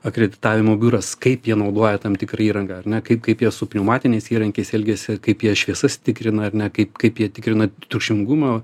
akreditavimo biuras kaip jie naudoja tam tikrą įrangą ar ne kaip kaip jie su pneumatiniais įrankiais elgiasi kaip jie šviesas tikrina ar ne kaip kaip jie tikrina triukšmingumą